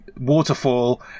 waterfall